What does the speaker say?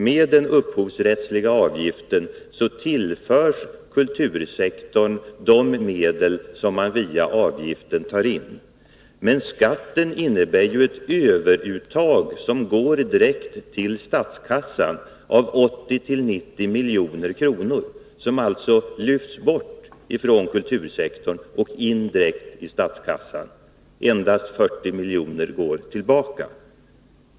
Med den upphovsrättsliga avgiften tillförs kultursektorn de medel som man via avgiften tar in. Skatten däremot innebär ett överuttag som går direkt till statskassan. 80-90 milj.kr. lyfts bort från kulturområdet och tillförs statskassan. Endast 40 milj.kr. går tillbaka till kultursektorn.